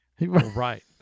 Right